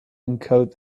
encode